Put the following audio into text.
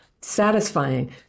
satisfying